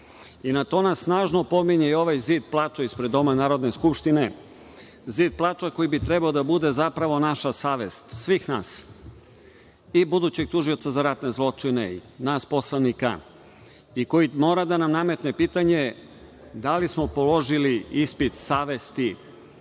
to nas snažno opominje i ovaj „Zid plača“ ispred Doma Narodne skupštine koji bi trebao da bude zapravo naša savest svih nas i budućih tužioca za ratne zločine i nas poslanika. Mora da nam nametne pitanje da li smo položili ispit savesti,